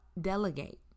delegate